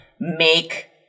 make